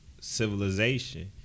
civilization